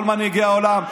כל מנהיגי העולם,